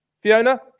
Fiona